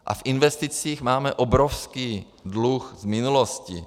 A v investicích máme obrovský dluh z minulosti.